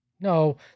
No